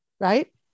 right